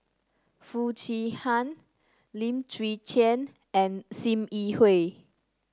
Foo Chee Han Lim Chwee Chian and Sim Yi Hui